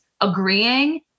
agreeing